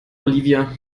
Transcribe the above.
olivia